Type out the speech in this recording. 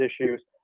issues